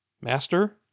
Master